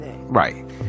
right